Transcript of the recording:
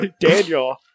Daniel